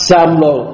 Samlo